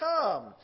come